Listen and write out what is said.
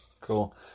cool